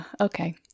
okay